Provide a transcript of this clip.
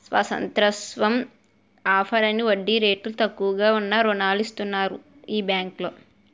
స్వతంత్రోత్సవం offer అని వడ్డీ రేట్లు తక్కువగా ఉన్న రుణాలు ఇస్తన్నారు ఈ బేంకులో